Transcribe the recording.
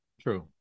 True